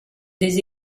des